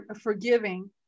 forgiving